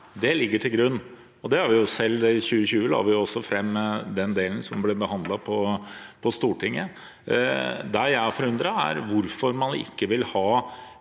det ligger til grunn. I 2020 la vi også fram den delen, som ble behandlet på Stortinget. Det jeg er forundret over, er hvorfor man ikke vil ha